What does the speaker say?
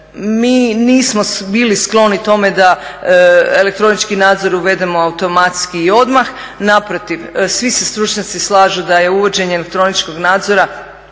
Mi nismo bili skloni tome da elektronički nadzor uvedemo automatski i odmah. Naprotiv, svi se stručnjaci slažu da je uvođenje elektroničkog nadzora